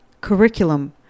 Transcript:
Curriculum